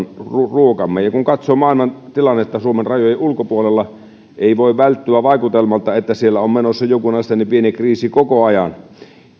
ruokamme kun katsoo maailman tilannetta suomen rajojen ulkopuolella ei voi välttyä vaikutelmalta että siellä on menossa jonkunasteinen pieni kriisi koko ajan